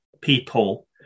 people